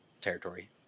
territory